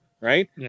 right